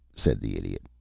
said the idiot.